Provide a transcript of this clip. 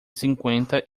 cinquenta